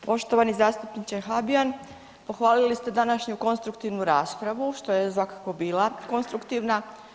Poštovani zastupniče Habijan, pohvalili ste današnju konstruktivnu raspravu, što je svakako bila konstruktivna.